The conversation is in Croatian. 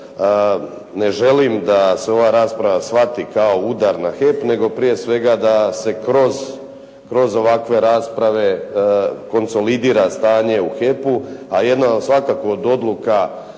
Ne želim da se ova rasprava shvati kao udar na HEP nego prije svega da se kroz ovakve rasprave konsolidira stanje u HEP-u. A jedna od odluka